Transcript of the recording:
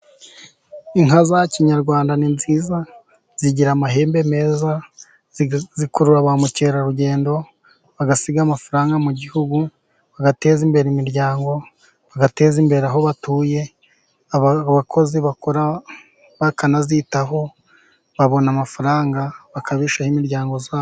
Inka za kinyarwanda ni nziza, zigira amahembe meza, zikurura ba mukerarugendo bagasiga amafaranga mu gihugu, bagateza imbere imiryango, bagateza imbere aho batuye, abakozi bakora bakanazitaho babona amafaranga, bakabeshaho imiryango ya bo.